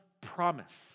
promise